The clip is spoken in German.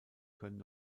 können